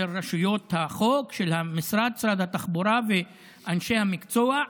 של רשויות החוק, של משרד התחבורה ואנשי המקצוע,